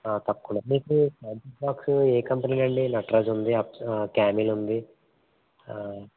ఆ తప్పకుండా మీకు పెన్సిల్ బాక్స్ ఏ కంపెనీ అండి నటరాజ్ ఉంది క్యామెల్ ఉంది